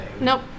Nope